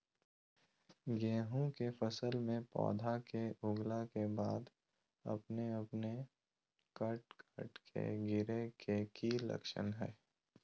गेहूं के फसल में पौधा के उगला के बाद अपने अपने कट कट के गिरे के की लक्षण हय?